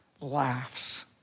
laughs